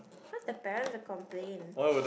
cause the parents will complain